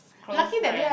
close friend